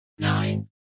Nine